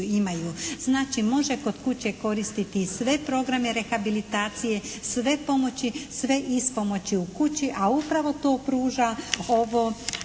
imaju. Znači, može kod kuće koristiti sve programe rehabilitacije, sve pomoći, sve ispomoći u kući a upravo to pruža ta